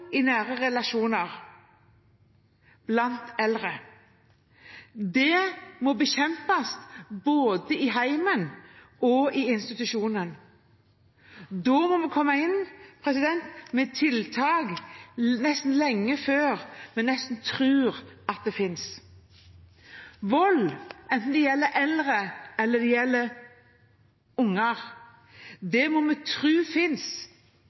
i nære relasjoner blant eldre. Det må bekjempes både i hjemmet og i institusjonen. Da må vi komme inn med tiltak lenge før vi nesten tror at det finnes. Vold – enten det gjelder eldre, eller det gjelder unger – må vi tro finnes